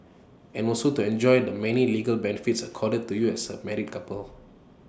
and also to enjoy the many legal benefits accorded to you as A married couple